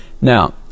Now